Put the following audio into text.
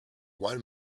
one